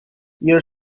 your